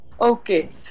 Okay